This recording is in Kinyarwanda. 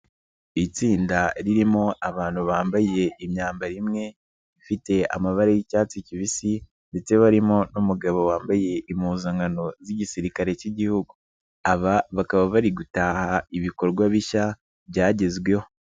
Itsinda ririmo abantu bambaye imyambaro imwe ifite amabara y'icyatsi kibisi, ndetse barimo n'umugabo wambaye impuzankano z'igisirikare k'igihugu, aba bakaba bari gutaha ibikorwa bishya byagezweho.